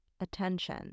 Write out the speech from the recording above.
attention